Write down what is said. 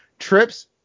trips